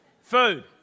Food